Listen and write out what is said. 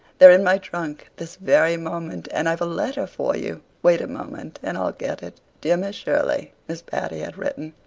they're in my trunk this very moment. and i've a letter for you. wait a moment and i'll get it. dear miss shirley, miss patty had written,